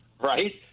right